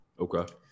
Okay